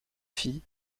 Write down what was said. filles